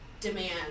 demand